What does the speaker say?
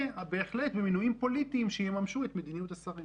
בהחלט במינויים פוליטיים שיממשו את מדיניות השרים.